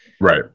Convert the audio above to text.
Right